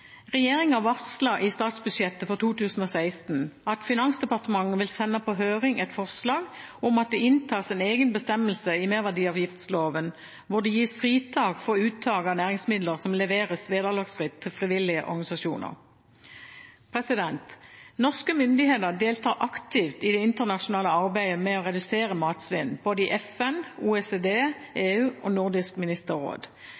i statsbudsjettet for 2016 at Finansdepartementet vil sende på høring et forslag om at det inntas en egen bestemmelse i merverdiavgiftsloven hvor det gis fritak for uttak av næringsmidler som leveres vederlagsfritt til frivillige organisasjoner. Norske myndigheter deltar aktivt i det internasjonale arbeidet med å redusere matsvinn, både i FN, OECD, EU og Nordisk ministerråd.